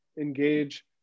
engage